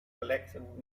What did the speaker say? collection